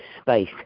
space